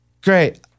Great